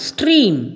Stream